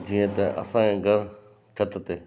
जीअं त असांजे घर छित ते